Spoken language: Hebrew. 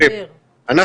אנחנו